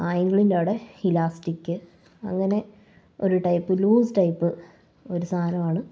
ആങ്ക്ളിന്റെ അവിടെ ഇലാസ്റ്റിക്ക് അങ്ങനെ ഒരു ടൈപ്പ് ലൂസ് ടൈപ്പ് ഒരു സാധനമാണ്